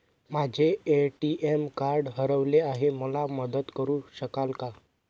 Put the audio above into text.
माझे ATM card हरवले आहे, मला मदत करु शकाल का?